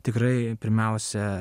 tikrai pirmiausia